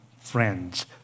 friends